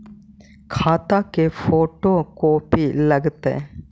खाता के photo copy लगहै?